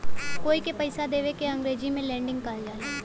कोई के पइसा देवे के अंग्रेजी में लेंडिग कहल जाला